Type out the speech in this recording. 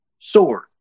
sword